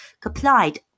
complied